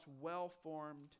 well-formed